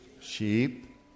sheep